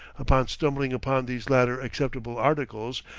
upon stumbling upon these latter acceptable articles,